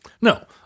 no